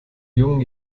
jungen